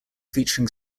featuring